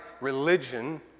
religion